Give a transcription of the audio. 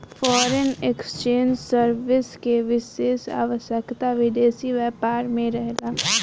foreign exchange service के विशेष आवश्यकता विदेशी व्यापार में रहेला